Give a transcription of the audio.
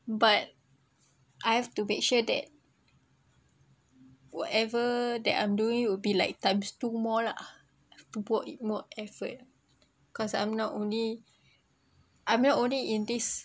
but I have to make sure that whatever that I'm doing it will be like times two more lah I've to put in more effort because I'm not only I'm not only in this